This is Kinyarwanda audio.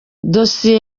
dosiye